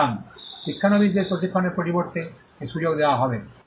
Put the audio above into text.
সুতরাং শিক্ষানবিশদের প্রশিক্ষণের পরিবর্তে এই সুযোগ সুবিধা দেওয়া হবে